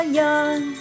young